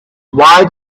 why